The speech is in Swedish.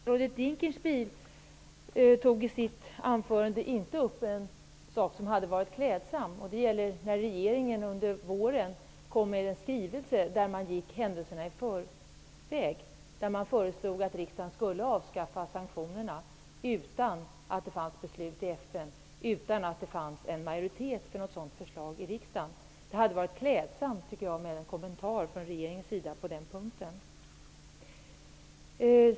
Fru talman! Statsrådet Dinkelspiel tog inte upp en sak i sitt anförande som hade varit klädsamt, nämligen att regeringen under våren kom med en skrivelse där man gick händelserna i förväg. Regeringen föreslog att riksdagen skulle avskaffa sanktionerna utan att det fanns beslut i FN och utan att det fanns en majoritet för ett sådant förslag i riksdagen. Det hade varit klädsamt med en kommentar från regeringens sida på den punkten.